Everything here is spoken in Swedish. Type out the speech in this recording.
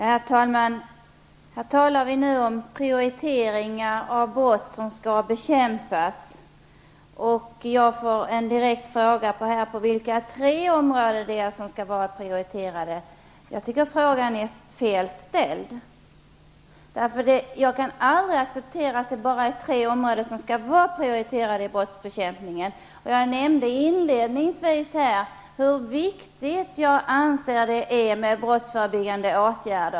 Herr talman! Nu talar vi om prioriteringar av brott som skall bekämpas, och jag får en direkt fråga om vilka tre områden som skall prioriteras. Jag tycker att frågan är fel ställd. Jag kan nämligen aldrig acceptera att det är bara tre områden som skall vara prioriterade när det gäller brottsbekämpning. Jag nämnde inledningsvis hur viktigt jag anser att det är med brottsförebyggande åtgärder.